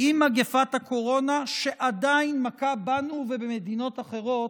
עם מגפת הקורונה, שעדין מכה בנו ובמדינות אחרות,